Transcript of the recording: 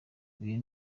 uyu